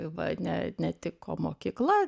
va ne netiko mokykla